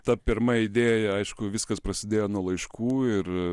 ta pirma idėja aišku viskas prasidėjo nuo laiškų ir